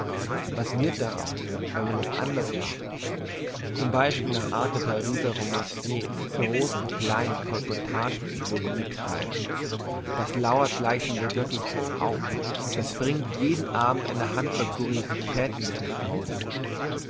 was wird daraus wenn man es anders macht zum beispiel nach art der pariser romanciers gross und klein colportage psychologie treibt das lauert gleichsam der wirklichkeit auf das bringt jeden abend eine handvoll curiositäten mit nach hause